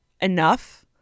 enough